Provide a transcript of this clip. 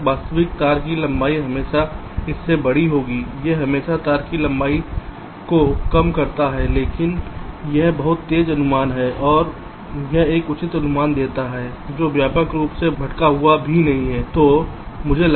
बेशक वास्तविक तार की लंबाई हमेशा इससे बड़ी होगी यह हमेशा तार की लंबाई को कम करता है लेकिन यह बहुत तेज़ अनुमान है और यह एक उचित अनुमान देता है जो व्यापक रूप से भटका हुआ भी नहीं है